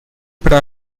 para